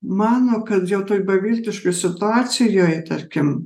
mano kad jau toj beviltiškoj situacijoj tarkim